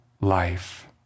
life